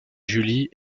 julie